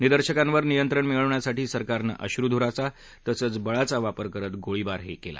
निदर्शकांवर नियंत्रण मिळवण्यासाठी सरकारनं अश्रूधुराचा तसंच बळाचा वापर करत गोळीबारही केला